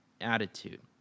attitude